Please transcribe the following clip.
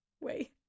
Wait